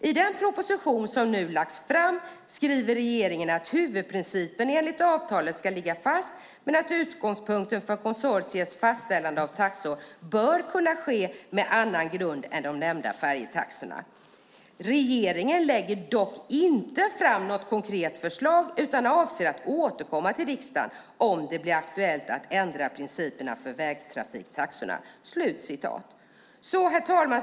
I den proposition som nu lagts fram skriver regeringen att huvudprincipen enligt avtalet ska ligga fast men att utgångspunkten för konsortiets fastställande av taxor bör kunna ske med annan grund än de nämnda färjetaxorna. Regeringen lägger dock inte fram något konkret förslag utan avser att återkomma till riksdagen om det bli aktuellt att ändra principen för vägtrafiktaxorna. Herr talman!